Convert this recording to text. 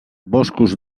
boscos